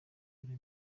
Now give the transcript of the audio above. dore